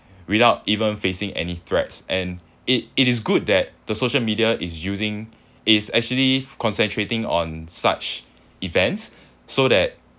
without even facing any threats and it it is good that the social media is using it's actually concentrating on such events so that